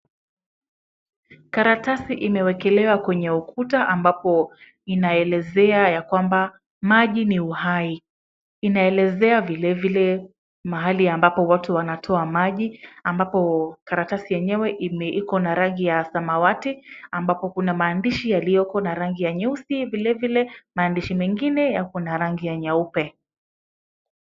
Karatasi imewekelewa kwenye ukuta ambapo inaelezea ya kwamba maji ni uhai. Inaelezea vile vile mahali ambapo watu wanatoa maji, ambapo karatasi yenyewe iko na rangi ya samawati ambapo kuna maandishi yaliyoko na rangi ya nyeusi vile vile maandishi mengine yako na rangi nyeupe.